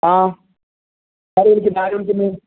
ആ ആര് വിളിക്കുന്നത് ആര് വിളിക്കുന്നത്